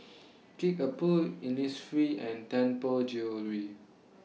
Kickapoo Innisfree and Tianpo Jewellery